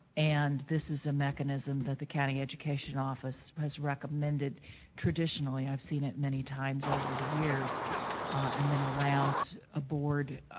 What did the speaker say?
and this is a mechanism that the county education office has recommended traditionally. i've seen it many times over the years and then it allows a board